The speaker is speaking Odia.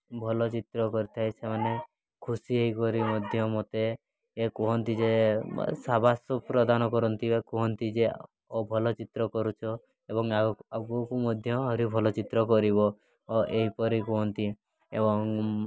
ଭଲ ଚିତ୍ର କରିଥାଏ ସେମାନେ ଖୁସି ହୋଇକରି ମଧ୍ୟ ମୋତେ ଏ କୁହନ୍ତି ଯେ ସାବାସ୍ ପ୍ରଦାନ କରନ୍ତି ବା କୁହନ୍ତି ଯେ ଓ ଭଲ ଚିତ୍ର କରୁଛ ଏବଂ ଆଗକୁ ମଧ୍ୟ ଆହୁରି ଭଲ ଚିତ୍ର କରିବ ଏହିପରି କୁହନ୍ତି ଏବଂ